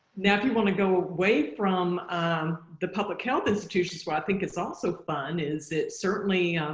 now if you want to go away from the public health institutions well i think it's also fun is it certainly